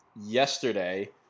yesterday